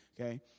okay